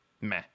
meh